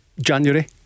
January